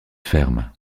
ferme